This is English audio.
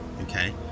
okay